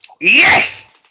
Yes